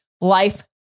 life